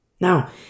Now